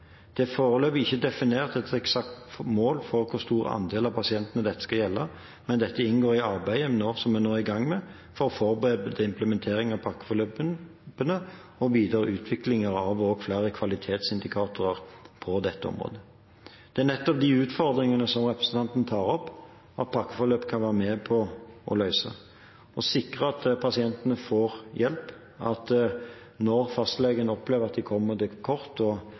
Det er foreløpig ikke definert et eksakt mål for hvor stor andel av pasientene dette skal gjelde, men dette inngår i arbeidet – som vi nå er i gang med – med å forberede implementeringen av pakkeforløpene og videre utvikling av flere kvalitetsindikatorer på dette området. Det er nettopp de utfordringene som representanten tar opp, pakkeforløpet kan være med på å løse – å sikre at pasientene får hjelp, at en når fastlegene opplever at de kommer til kort